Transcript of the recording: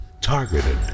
targeted